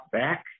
back